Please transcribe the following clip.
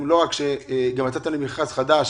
לא רק שיצאתם למכרז חדש